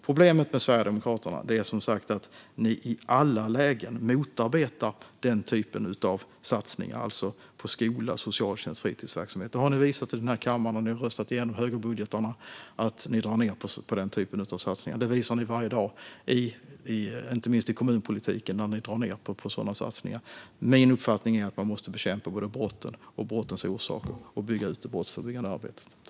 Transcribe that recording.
Problemet med Sverigedemokraterna, Tobias Andersson, är som sagt att ni i alla lägen motarbetar den här typen av satsningar på skola, socialtjänst och fritidsverksamhet. Det har ni visat i den här kammaren när ni har röstat igenom högerbudgetarna. Då drar ni ned på den typen av satsningar. Ni visar det inte minst i kommunpolitiken, varje dag, när ni drar ned på sådana satsningar. Min uppfattning är att man måste bekämpa både brotten och brottens orsaker och bygga ut det brottsförebyggande arbetet.